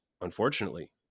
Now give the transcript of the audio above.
unfortunately